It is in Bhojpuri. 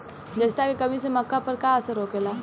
जस्ता के कमी से मक्का पर का असर होखेला?